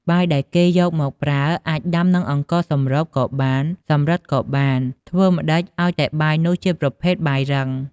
បាយដែលគេយកមកប្រើអាចដាំនឹងអង្ករសម្រូបក៏បាន សម្រិតក៏បាន ធ្វើម្តេចឲ្យតែបាយនោះជាប្រភេទបាយរឹង។